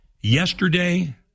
Yesterday